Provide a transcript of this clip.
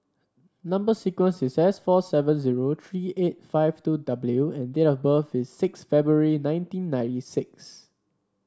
number sequence is S four seven zero three eight five two W and date of birth is six February nineteen ninety six